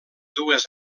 dues